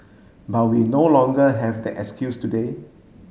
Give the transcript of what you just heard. but we no longer have that excuse today